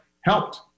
helped